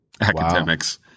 Academics